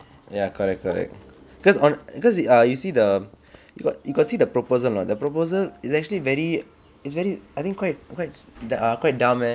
ya correct correct cause hon~ because you err you see the you got you got see the proposal not the proposal is actually very it's very I think quite quite the err quite dumb leh